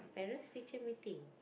parents teacher meeting